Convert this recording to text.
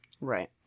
Right